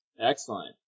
Excellent